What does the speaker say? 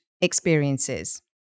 experiences